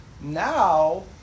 Now